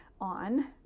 on